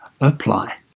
apply